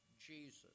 Jesus